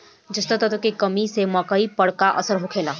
जस्ता तत्व के कमी से मकई पर का असर होखेला?